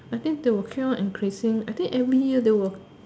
I think they will keep on increasing I think every year they will